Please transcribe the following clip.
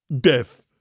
death